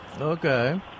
Okay